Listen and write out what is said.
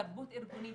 תרבות ארגונית